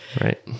Right